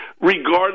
regardless